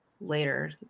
later